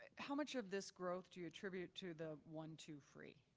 how much of this growth do you attribute to the one-two-free?